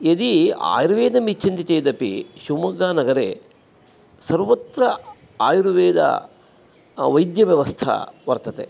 यदि आयुर्वेदमिच्छन्ति चेदपि शिवमोग्गानगरे सर्वत्र आयुर्वेदवैद्यव्यवस्था वर्तते